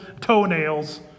toenails